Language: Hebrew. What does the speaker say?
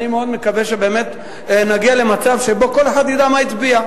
אני מאוד מקווה שבאמת נגיע למצב שבו כל אחד ידע מה כל אחד הצביע.